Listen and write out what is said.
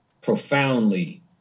profoundly